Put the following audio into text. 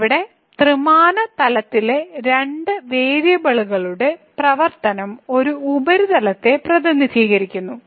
ഇവിടെ ത്രിമാന തലത്തിലെ രണ്ട് വേരിയബിളുകളുടെ പ്രവർത്തനം ഒരു ഉപരിതലത്തെ പ്രതിനിധീകരിക്കുന്നു